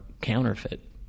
counterfeit